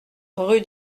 rue